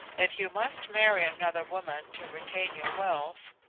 if you must marry another woman to retain your wealth,